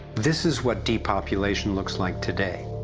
this is what depopulation looks like today.